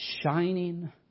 shining